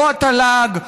לא התל"ג,